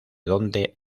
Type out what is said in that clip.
dónde